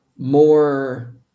more